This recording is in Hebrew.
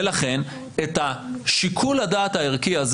ולכן אנחנו מצפים שבשיקול הדעת הערכי הזה